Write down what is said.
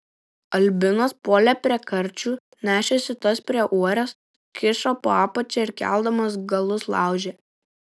albinas puolė prie karčių nešėsi tas prie uorės kišo po apačia ir keldamas galus laužė